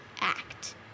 act